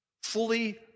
Fully